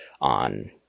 on